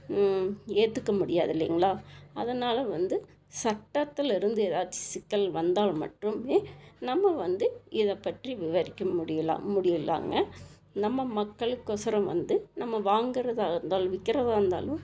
ஏத்துக்க முடியாது இல்லைங்களா அதனால் வந்து சட்டத்தில் இருந்து ஏதாச்சும் சிக்கல் வந்தால் மட்டுமே நம்ம வந்து இதை பற்றி விவரிக்க முடியலாம் முடியல்லாங்க நம்ம மக்களுக்கு ஒசரோம் வந்து நம்ம வாங்கறதாக இருந்தாலும் விற்கறதா இருந்தாலும்